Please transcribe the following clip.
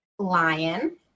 Lion